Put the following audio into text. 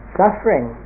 suffering